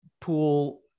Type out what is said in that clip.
pool